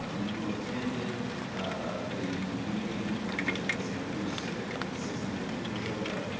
ah you attended the meeting when it was at the santa cruz civic when six hundred people showed up.